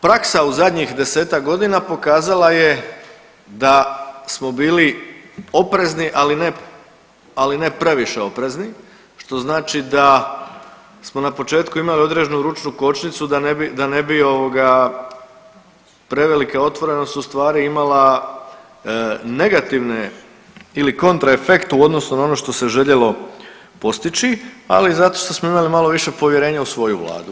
Praksa u zadnjih desetak godina pokazala je da smo bili oprezni, ali ne previše oprezni što znači da smo na početku imali određenu ručnu kočnicu da ne bi prevelika otvorenost ustvari imala negativne ili kontraefekt u odnosu na ono što se željelo postići, ali zato što smo imali malo više povjerenja u svoju vladu.